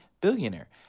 billionaire